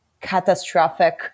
catastrophic